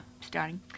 starting